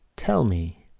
tell me.